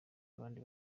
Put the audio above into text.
abandi